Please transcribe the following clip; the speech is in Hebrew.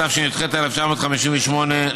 התשי"ח 1958,